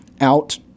out